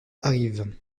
arrive